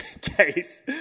case